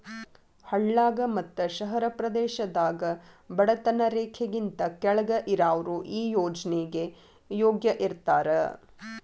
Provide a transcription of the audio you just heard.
ಹಳ್ಳಾಗ ಮತ್ತ ಶಹರ ಪ್ರದೇಶದಾಗ ಬಡತನ ರೇಖೆಗಿಂತ ಕೆಳ್ಗ್ ಇರಾವ್ರು ಈ ಯೋಜ್ನೆಗೆ ಯೋಗ್ಯ ಇರ್ತಾರ